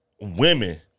women